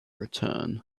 return